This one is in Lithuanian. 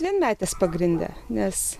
vienmetes pagrinde nes